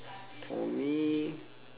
for me